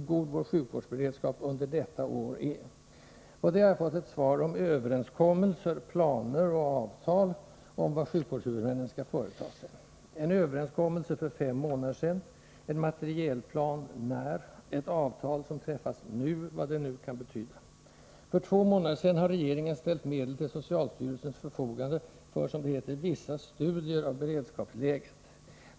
god vår sjukvårdsberedskap under detta år är. På det har jag fått ett svar där det talas om ”överenskommelser”, ”planer” och ”avtal”, om vad sjukvårdshuvudmännen skall företa sig, en överenskommelse för fem månader sedan, en materielplan — när? — ett ”avtal” som träffas ”nu”, vad detta nu kan betyda. För två månader sedan ställde regeringen medel till socialstyrelsens förfogande för ”vissa studier” av beredskapsläget.